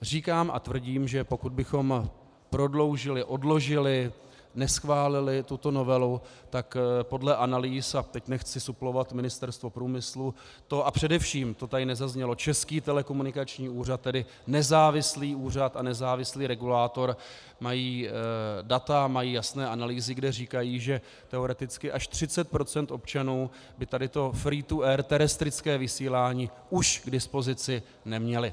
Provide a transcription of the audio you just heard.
Říkám a tvrdím, že pokud bychom prodloužili, odložili, neschválili tuto novelu, tak podle analýz, a nechci suplovat Ministerstvo průmyslu, a především, a to tady nezaznělo, Český telekomunikační úřad, tedy nezávislý úřad a nezávislý regulátor, mají data, mají jasné analýzy, kde říkají, že teoreticky až 30 % občanů by tohle freetoair, terestrické vysílání, už k dispozici nemělo.